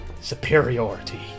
superiority